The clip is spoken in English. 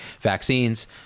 vaccines